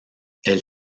elle